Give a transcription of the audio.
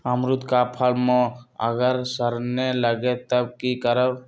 अमरुद क फल म अगर सरने लगे तब की करब?